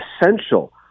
essential